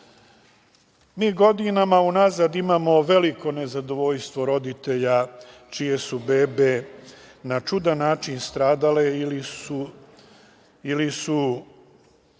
godinama unazad imamo veliko nezadovoljstvo roditelja čije su bebe na čudan način stradale ili su